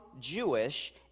Jewish